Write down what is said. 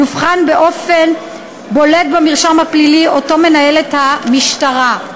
יובחן באופן בולט במרשם הפלילי שמנהלת המשטרה.